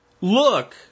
look